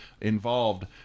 involved